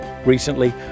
Recently